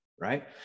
right